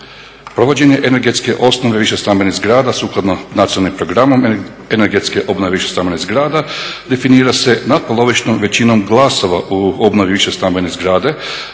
Provođenje energetske osnove više stambenih zgrada sukladno nacionalnom programom energetske obnove više stambenih zgrada definira se natpolovičnom većinom glasova u obnovi više stambene zgrade